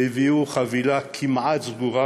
והביאו חבילה כמעט סגורה,